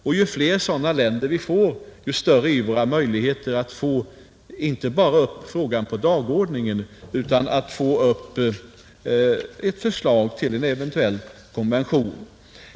Och ju fler sådana länder vi får, desto större är våra möjligheter inte bara att få upp frågan på dagordningen utan också att få upp förslag till en eventuell konvention.